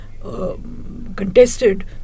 contested